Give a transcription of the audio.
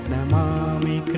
Namami